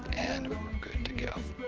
and we're good to go.